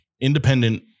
independent